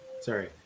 sorry